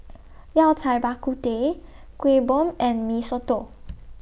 Yao Cai Bak Kut Teh Kuih Bom and Mee Soto